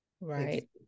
Right